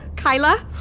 keila?